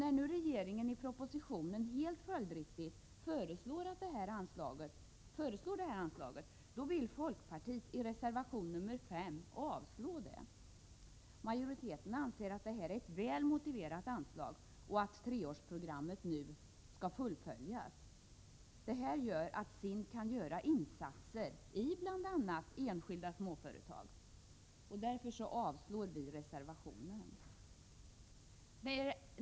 När nu regeringen i propositionen helt följdriktigt föreslår det här anslaget, vill folkpartiet i reservation 5 avvisa det. Majoriteten anser att det är ett väl motiverat anslag och att treårsprogrammet nu skall fullföljas. Det gör att SIND kan göra insatser i bl.a. enskilda småföretag. Därför avstyrker vi denna reservation.